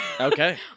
Okay